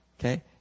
Okay